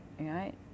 right